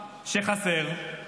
שחסר.